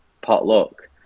potluck